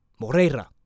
Moreira